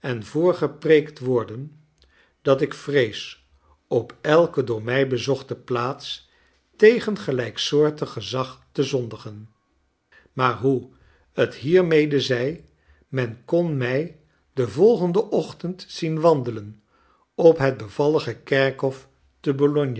en voorgepreekt worden dat ik vrees op elke door mij bezochte plaats tegen gelijksoortig gezag te zondigen maar hoe t hiermede zij men kon mij den volgenden ochtend zien wandelen op het bevallige kerkhof te